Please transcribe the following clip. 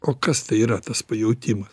o kas tai yra tas pajautimas